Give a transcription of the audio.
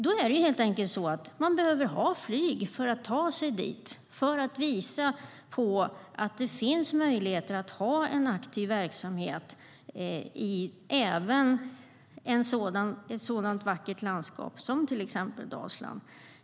Då behöver vi helt enkelt ha flyg för att man ska kunna ta sig dit, för att visa på att det finns möjligheter att ha en aktiv verksamhet även i ett sådant vackert landskap som till exempel Dalsland.